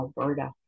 Alberta